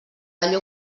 allò